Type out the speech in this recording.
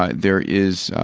ah there is